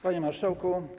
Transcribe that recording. Panie Marszałku!